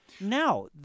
Now